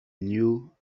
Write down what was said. knew